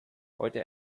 heute